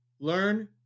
learn